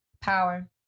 Power